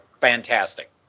fantastic